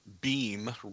beam